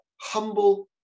humble